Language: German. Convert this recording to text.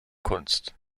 kunst